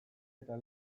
eta